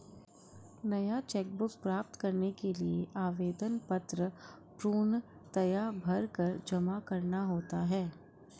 नया cheque book प्राप्त करने के लिए आवेदन पत्र पूर्णतया भरकर जमा करना होता है